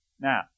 Now